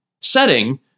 setting